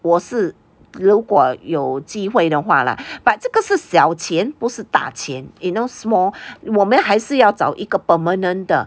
我是如果有机会的话啦 but 这个是小钱不是大钱 you know small 我们还是要找一个 permanent 的